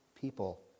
people